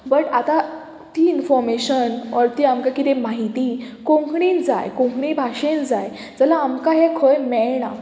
but आतां ती information or ती आमकां किदें म्हायती कोंकणीन जाय कोंकणी भाशेन जाय जाल्यार आमकां हें खंय मेळना